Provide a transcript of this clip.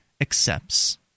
accepts